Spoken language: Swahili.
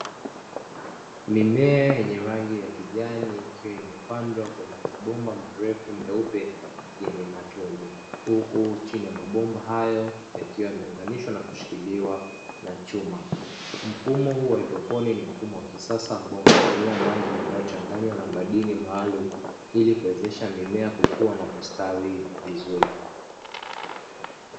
Mimea yenye rangi ya kijani ikiwa imepandwa kwenye mabomba marefu meupe yenye matundu huku chini ya mabomba hayo yakiwa yameunganishwa na kushikiliwa na chuma. Mfumo huu wa haidroponi ni mfumo wa kisasa ambao unatumia maji yanayochangwanya na madini maalumu ili kuwezesha mimea kukua na kustawi vizuri.